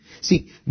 See